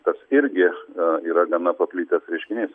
tas irgi yra gana paplitęs reiškinys